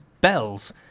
bells